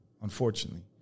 unfortunately